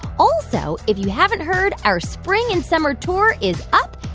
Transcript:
also, if you haven't heard, our spring and summer tour is up.